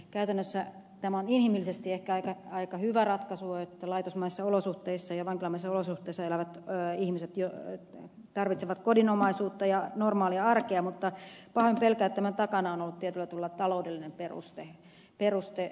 käytännössä tämä on inhimillisesti ehkä aika hyvä ratkaisu että laitosmaisissa olosuhteissa ja vankilamaisissa olosuhteissa elävät ihmiset tarvitsevat kodinomaisuutta ja normaalia arkea mutta pahoin pelkään että tämän takana on ollut tietyllä tavalla taloudellinen peruste